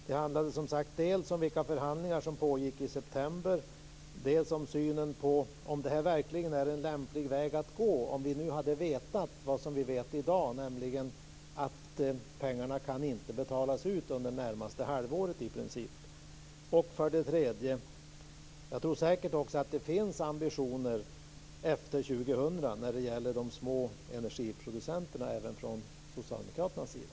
Fru talman! Jag ställde tidigare tre frågor. Det gällde för det första vilka förhandlingar som pågick i september. För det andra: Hade det här verkligen varit en lämplig väg att gå, om vi hade vetat vad vi vet i dag, nämligen att pengarna inte kan betalas ut under i princip det närmaste halvåret? För det tredje undrar jag om det också efter år 2000 från socialdemokraternas sida finns några ambitioner beträffande de små energiproducenterna.